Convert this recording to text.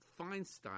Feinstein